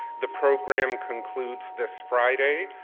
the program concludes this friday.